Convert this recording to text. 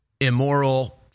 immoral